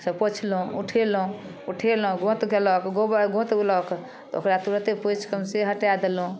पोछ्लहुँ उठेलहुँ उठेलहुँ गोन्त कयलक गोबर गोत होलक तऽ ओकरा तुरत्ते पोछिकऽ से हटा देलहुँ